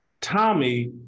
tommy